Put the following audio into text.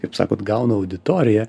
kaip sakot gauna auditoriją